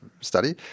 study